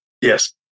Yes